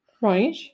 Right